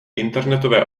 internetové